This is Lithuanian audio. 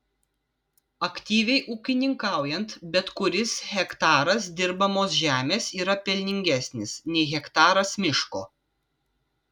aktyviai ūkininkaujant bet kuris hektaras dirbamos žemės yra pelningesnis nei hektaras miško